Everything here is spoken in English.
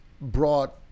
brought